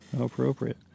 Appropriate